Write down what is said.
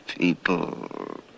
people